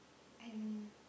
I don't know